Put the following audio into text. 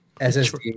SSD